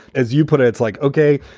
as you put it. it's like, okay,